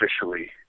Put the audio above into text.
officially